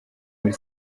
muri